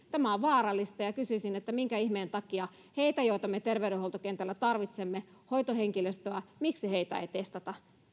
tämä on vaarallista ja ja kysyisin minkä ihmeen takia heitä joita me terveydenhuoltokentällä tarvitsemme hoitohenkilöstöä ei testata